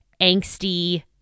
angsty